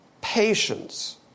patience